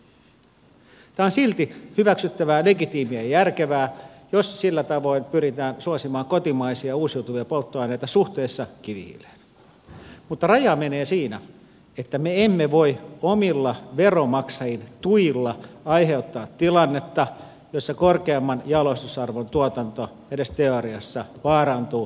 tämä on silti hyväksyttävää legitiimiä ja järkevää jos sillä tavoin pyritään suosimaan kotimaisia uusiutuvia polttoaineita suhteessa kivihiileen mutta raja menee siinä että me emme voi omilla veronmaksajien tuilla aiheuttaa tilannetta jossa korkeamman jalostusarvon tuotanto edes teoriassa vaarantuu tai kärsii